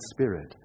spirit